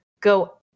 go